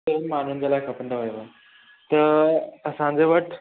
टिनि माण्हुनि जे लाइ खपंदा हुयव त असांजे वटि